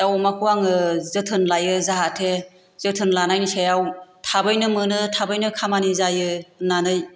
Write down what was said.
दाउ अमाखौ आङो जोथोन लायो जाहाथे जोथोन लानायनि सायाव थाबैनो मोनो थाबैनो खामानि जायो होननानै